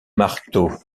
marteau